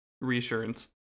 reassurance